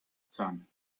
son